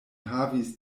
havis